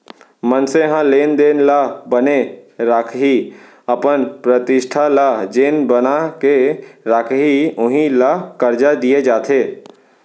मनसे ह लेन देन ल बने राखही, अपन प्रतिष्ठा ल जेन बना के राखही उही ल करजा दिये जाथे